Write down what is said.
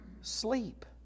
sleep